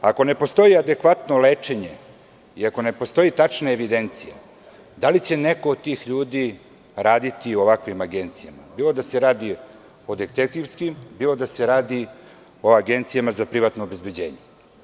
Ako ne postoji adekvatno lečenje i ako ne postoji tačna evidencija, da li će neko od tih ljudi raditi u ovakvim agencijama, bilo da se radi o detektivskim, bilo da se radi o agencijama za privatno obezbeđenje?